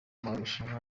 marushanwa